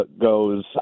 goes